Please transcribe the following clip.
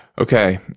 okay